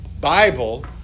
Bible